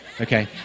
Okay